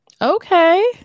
Okay